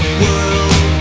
world